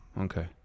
Okay